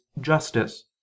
justice